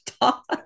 talk